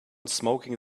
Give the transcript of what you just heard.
smoking